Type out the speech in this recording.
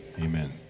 Amen